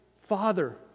Father